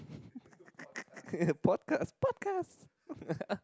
podcast podcast